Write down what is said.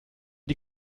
die